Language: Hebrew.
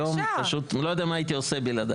היום פשוט לא יודע מה הייתי עושה בלעדייך.